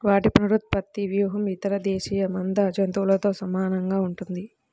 వాటి పునరుత్పత్తి వ్యూహం ఇతర దేశీయ మంద జంతువులతో సమానంగా ఉంటుంది